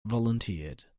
volunteered